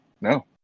no